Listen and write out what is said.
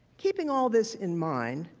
keeping all of this in mind,